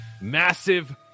massive